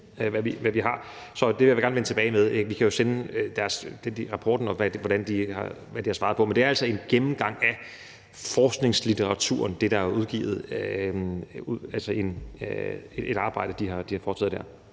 hvad vi har. Så det vil jeg gerne vende tilbage med. Vi kan jo sende rapporten, og hvad de har svaret på. Men det, der er udgivet, er altså en gennemgang af forskningslitteraturen, altså det arbejde, de har foretaget der.